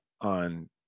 on